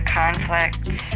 conflicts